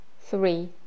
Three